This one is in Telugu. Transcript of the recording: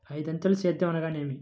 ఐదంచెల సేద్యం అనగా నేమి?